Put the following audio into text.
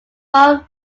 rolf